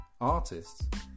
artists